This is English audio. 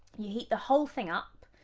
you heat the whole thing up,